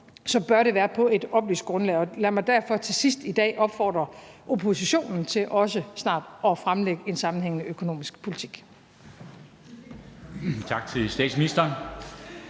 bør det være på et oplyst grundlag. Lad mig derfor til sidst i dag opfordre oppositionen til også snart at fremlægge en sammenhængende økonomisk politik.